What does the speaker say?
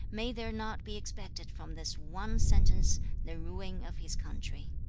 may there not be expected from this one sentence the ruin of his country